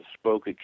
spoke